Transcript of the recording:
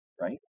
Right